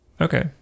Okay